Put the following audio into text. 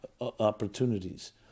opportunities